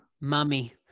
Mummy